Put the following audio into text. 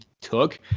took